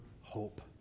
hope